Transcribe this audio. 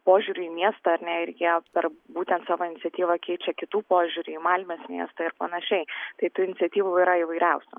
požiūriu į miestą ar ne ir jie per būtent savo iniciatyvą keičia kitų požiūrį į malmės miestą ir panašiai tai tų iniciatyvų yra įvairiausių